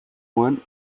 juan